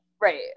Right